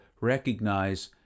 recognize